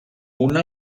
una